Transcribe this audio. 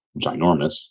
ginormous